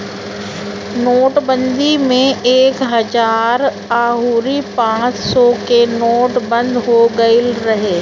नोटबंदी में एक हजार अउरी पांच सौ के नोट बंद हो गईल रहे